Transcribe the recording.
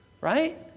right